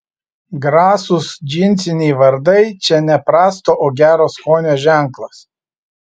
grasūs džinsiniai vardai čia ne prasto o gero skonio ženklas